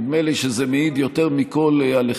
נדמה לי שזה מעיד יותר מכול עליכם.